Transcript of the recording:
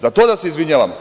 Za to da se izvinjavam?